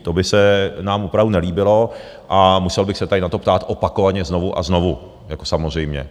To by se nám opravdu nelíbilo a musel bych se tady na to ptát opakovaně znovu a znovu samozřejmě.